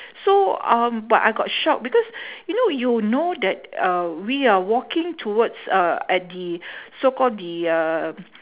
so um but I got shocked because you know you will know that uh we are walking towards uh at the so-called the uh